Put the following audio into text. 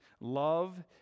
Love